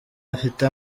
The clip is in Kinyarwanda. bafite